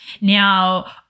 Now